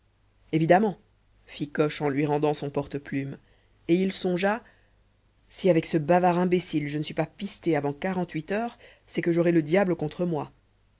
évidemment fit coche en lui rendant son porte-plume et il songea si avec ce bavard imbécile je ne suis pas pisté avant quarantehuit heures c'est que j'aurai le diable contre moi